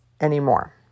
anymore